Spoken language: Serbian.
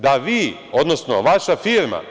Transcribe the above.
Da, vi, odnosno vaša firma.